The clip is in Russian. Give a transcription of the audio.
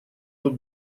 тут